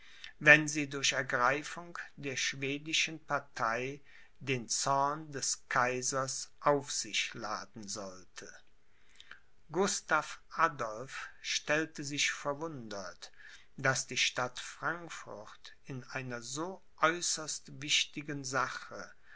wenn sie durch ergreifung der schwedischen partei den zorn des kaisers auf sich laden sollte gustav adolph stellte sich verwundert daß die stadt frankfurt in einer so äußerst wichtigen sache